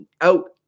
out